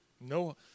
no